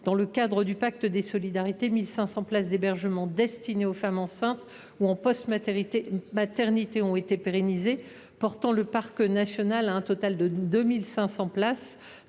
dans le cadre du pacte des solidarités 2023 2027. Quelque 1 500 places d’hébergement destinées aux femmes enceintes ou en post maternité ont été pérennisées, portant le parc national à un total de 2 500 places.